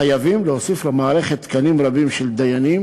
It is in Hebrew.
חייבים להוסיף למערכת תקנים רבים של דיינים,